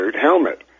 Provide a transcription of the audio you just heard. helmet